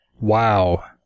Wow